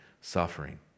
suffering